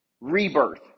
rebirth